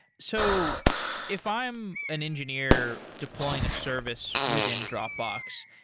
so if i am an engineer deploying a service within dropbox,